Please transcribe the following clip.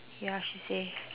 ya she say